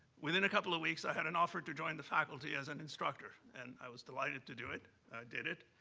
within a couple of weeks, i had an offer to join the faculty as an instructor, and i was delighted to do it, i did it.